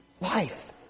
Life